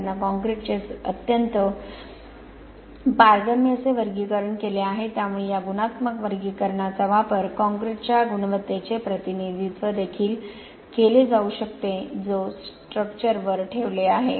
त्यांनी काँक्रीटचे अत्यंत पारगम्य असे वर्गीकरण केले आहे त्यामुळे या गुणात्मक वर्गीकरणाचा वापर काँक्रीटच्या गुणवत्तेचे प्रतिनिधित्व देखील केला जाऊ शकतो जो स्ट्रक्चरवर ठेवला आहे